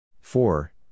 four